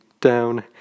down